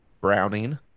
Browning